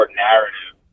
narrative